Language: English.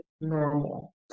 normal